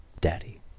Daddy